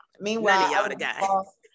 meanwhile